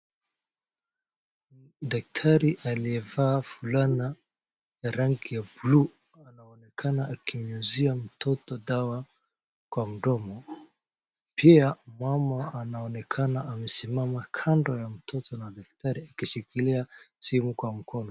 Daktari aliyevaa fulana ya rangi ya bluu anaonekana akinyunyizia mtoto dawa kwa mdomo. Pia mama anaonekana amesimama kando ya mtoto na daktari akishikilia simu kwa mkono.